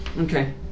Okay